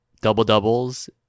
double-doubles